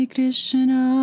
Krishna